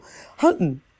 hunting